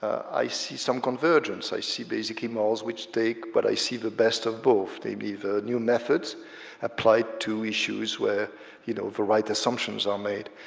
i see some convergence, i see basically models which take, but i see the best of both. maybe the new methods applied to issues where you know the right assumptions are made,